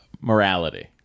morality